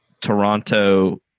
Toronto